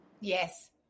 Yes